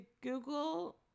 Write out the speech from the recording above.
Google